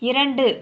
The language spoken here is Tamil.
இரண்டு